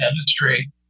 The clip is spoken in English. industry